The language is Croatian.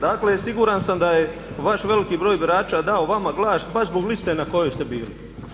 Dakle, siguran sam da je vaš veliki broj birača dao vama glas baš zbog liste na kojoj ste bili.